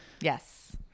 Yes